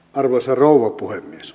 arvoisa rouva puhemies